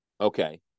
Okay